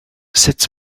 sut